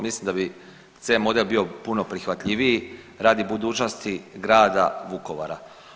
Mislim da bi C model bio puno prihvatljiviji radi budućnosti grada Vukovara.